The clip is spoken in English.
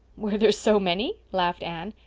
were there so many? laughed anne.